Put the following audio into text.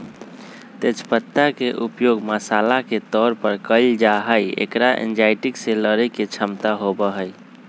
तेज पत्ता के उपयोग मसाला के तौर पर कइल जाहई, एकरा एंजायटी से लडड़े के क्षमता होबा हई